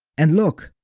and look,